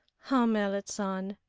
ah, merrit san,